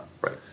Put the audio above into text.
Right